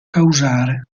causare